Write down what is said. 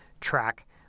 track